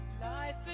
life